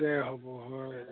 দে হ'ব হয়